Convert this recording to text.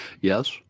Yes